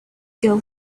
girl